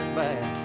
back